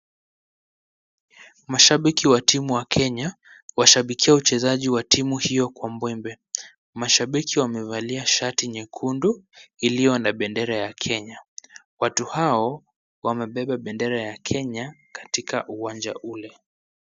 Mashabiki wa timu wa Kenya, washabikia uchezaji wa timu hiyo kwa mbwembwe. Mashabiki wamevalia shati nyekundu iliyo na bendera ya Kenya. Watu hao wamebeba bendera ya Kenya katika uwanja ule.